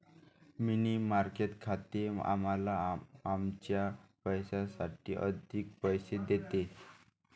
मनी market खाते आम्हाला आमच्या पैशासाठी अधिक पैसे देते